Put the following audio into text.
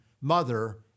mother